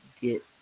get